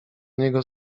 niego